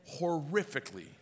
horrifically